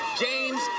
James